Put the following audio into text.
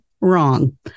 wrong